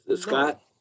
Scott